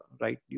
right